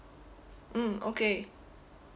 mm okay